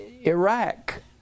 Iraq